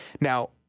Now